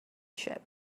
ship